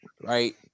right